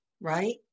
right